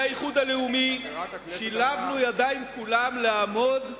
והאיחוד הלאומי, שילבנו ידיים כולם לעמוד במלחמה,